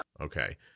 okay